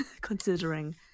considering